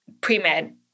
pre-med